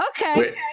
Okay